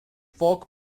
folk